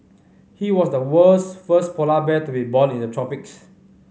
he was the world's first polar bear to be born in the tropics